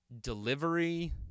delivery